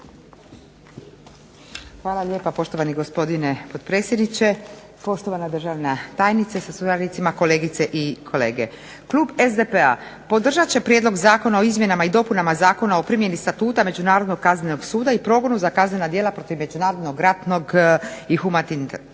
Hvala lijepa. Poštovani gospodine potpredsjedniče, poštovana državna tajnice sa suradnicima, kolegice i kolege zastupnici. Klub SDP podržat će Prijedlog zakona o izmjenama i dopunama Zakona o primjeni Statuta međunarodnog kaznenog suda i progona za kaznena djela protiv međunarodnog i humanitarnog